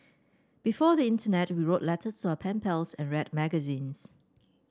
before the internet we wrote letters to our pen pals and read magazines